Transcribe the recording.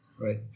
Right